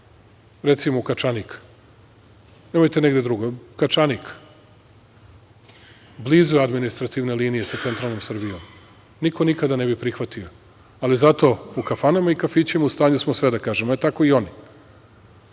recimo u Kačanik, nemojte negde drugo, Kačanik, blizu je administrativna linija sa centralnom Srbijom, niko nikada ne bi prihvatio, ali zato u kafanama i kafićima u stanju smo sve da kažemo, pa tako i oni